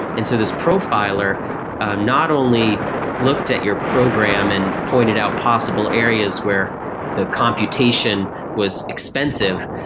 and so this profiler not only looked at your program and pointed out possible areas where the computation was expensive,